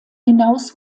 hinaus